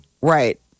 right